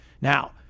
Now